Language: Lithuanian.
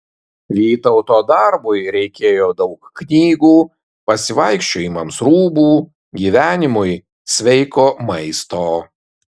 vytauto darbui reikėjo daug knygų pasivaikščiojimams rūbų gyvenimui sveiko maisto